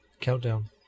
countdown